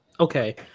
Okay